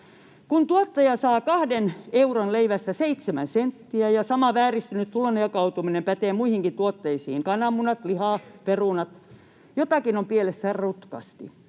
Kun tuottaja saa 2 euron leivästä 7 senttiä ja sama vääristynyt tulonjakautuminen pätee muihinkin tuotteisiin — kananmunat, liha, perunat — on jotakin pielessä ja rutkasti.